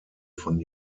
von